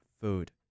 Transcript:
food